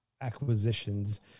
acquisitions